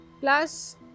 Plus